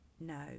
no